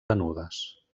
venudes